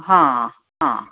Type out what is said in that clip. हां हां